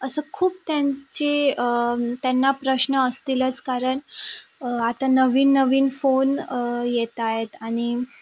असं खूप त्यांचे त्यांना प्रश्न असतीलच कारण आत्ता नवीन नवीन फोन येत आहेत आणि